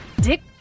dick